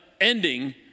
ending